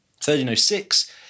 1306